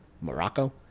Morocco